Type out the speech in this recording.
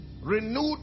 Renewed